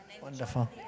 Wonderful